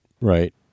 Right